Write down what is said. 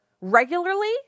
regularly